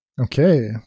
Okay